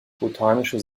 botanische